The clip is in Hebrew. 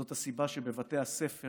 זאת הסיבה שבבתי הספר